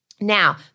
Now